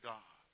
God